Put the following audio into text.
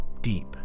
deep